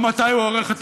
תן לחבר הכנסת